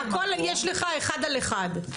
הכל יש לך אחד על אחד.